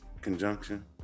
conjunction